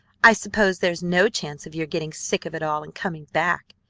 i suppose there's no chance of your getting sick of it all and coming back,